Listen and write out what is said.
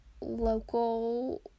Local